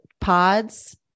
pods